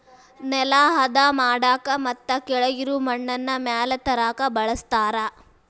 ನೆಲಾ ಹದಾ ಮಾಡಾಕ ಮತ್ತ ಕೆಳಗಿರು ಮಣ್ಣನ್ನ ಮ್ಯಾಲ ತರಾಕ ಬಳಸ್ತಾರ